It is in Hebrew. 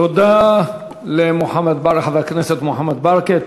תודה לחבר הכנסת מוחמד ברכה.